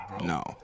No